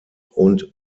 und